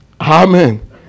Amen